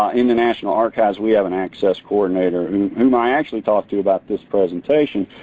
ah in the national archives we have an access coordinator, whom whom i actually talked to about this presentation,